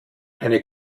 eine